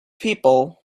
people